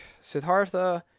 Siddhartha